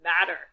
matter